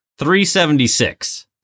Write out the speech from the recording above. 376